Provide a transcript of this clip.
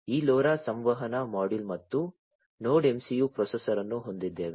ನಾವು ಈ LoRa ಸಂವಹನ ಮಾಡ್ಯೂಲ್ ಮತ್ತು ನೋಡ್ MCU ಪ್ರೊಸೆಸರ್ ಅನ್ನು ಹೊಂದಿದ್ದೇವೆ